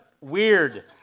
Weird